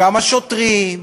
גם השוטרים,